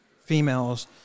females